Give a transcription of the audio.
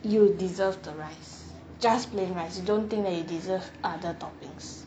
you deserve the rice just plain rice you don't think that you deserve other toppings